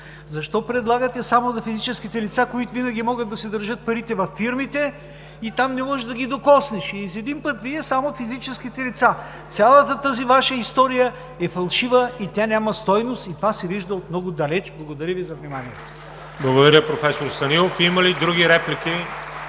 Защо предлагате само за физическите лица, които винаги могат да си държат парите във фирмите и там не може да ги докоснеш? И из един път Вие – само физическите лица! Цялата тази Ваша история е фалшива, и тя няма стойност, и това се вижда от много далече. Благодаря Ви за вниманието. (Ръкопляскания от ПГ на „Обединени